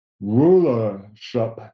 Rulership